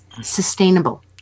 sustainable